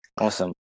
Awesome